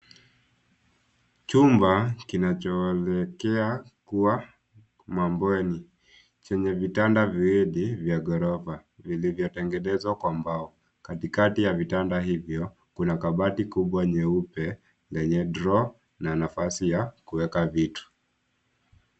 Chumba kinachoelekea kuwa mabweni chenye vitanda viwili vya ghorofa vilivyotengenzewa kwa mbao. Katikati ya vitanda hivyo kuna kabati kubwa nyeupe lenye droo na nafasi ya kuweka vitu.